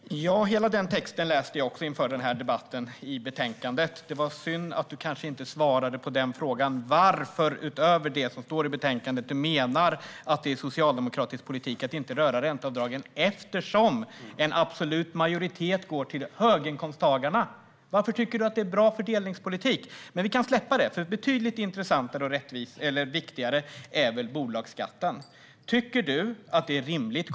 Fru talman! Jag läste också hela den texten i betänkandet inför den här debatten, Jamal El-Haj. Det var synd att du inte svarade på varför du, utöver det som står i betänkandet, menar att det är socialdemokratisk politik att inte röra ränteavdragen. En absolut majoritet går nämligen till höginkomsttagarna. Varför är det bra fördelningspolitik? Vi kan släppa det, för betydligt viktigare är väl bolagsskatten. Tycker du att det är rimligt?